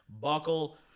buckle